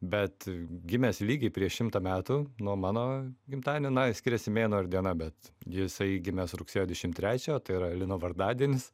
bet gimęs lygiai prieš šimtą metų nuo mano gimtadienio na skiriasi mėnuo ir diena bet jisai gimęs rugsėjo dvidešim trečią o tai yra lino vardadienis